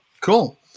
Cool